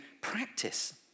practice